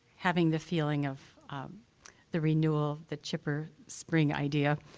having the feeling of the renewal, the chipper spring idea.